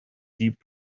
deep